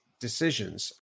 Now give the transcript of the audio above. decisions